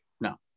No